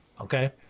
okay